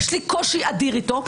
יש לי קושי אדיר איתו,